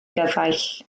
gyfaill